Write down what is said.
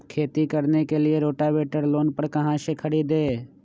खेती करने के लिए रोटावेटर लोन पर कहाँ से खरीदे?